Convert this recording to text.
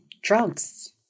drugs